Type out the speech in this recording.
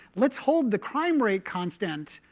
let's hold the crime rate constant.